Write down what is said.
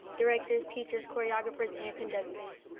directors, teachers, choreographers and conductors,